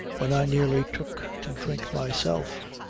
when i nearly took to drink myself.